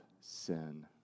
sin